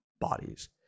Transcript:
bodies